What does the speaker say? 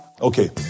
Okay